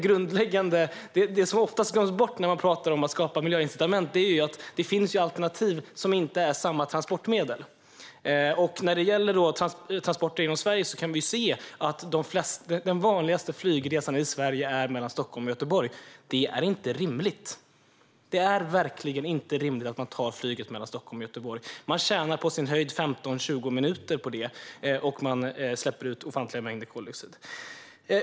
Luftfart När man talar om att skapa miljöincitament glömmer man ofta bort att det finns alternativ som inte är samma transportmedel. Den vanligaste flygresan inom Sverige är mellan Stockholm och Göteborg. Det är inte rimligt. Det är verkligen inte rimligt att man tar flyget mellan Stockholm och Göteborg. Man tjänar på sin höjd 15-20 minuter på det, och man släpper ut ofantliga mängder koldioxid.